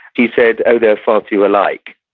she said, oh, they're far too alike,